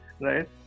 right